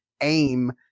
aim